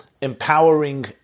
empowering